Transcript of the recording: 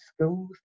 schools